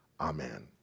Amen